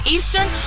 Eastern